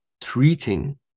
treating